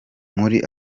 muri